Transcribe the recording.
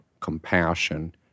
compassion